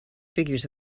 figures